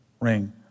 ring